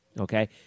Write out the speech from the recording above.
Okay